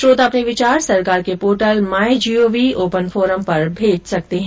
श्रोता अपने विचार सरकार के portal my GOV open forum पर भेज सकते है